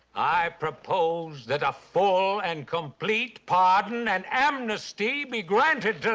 i propose that a full and complete pardon and amnesty be granted to